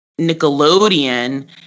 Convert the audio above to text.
Nickelodeon